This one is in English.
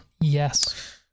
yes